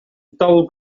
dull